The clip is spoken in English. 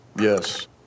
Yes